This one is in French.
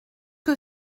que